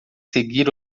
seguir